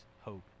hope